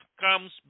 comes